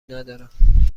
ندارم